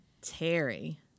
Terry